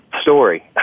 story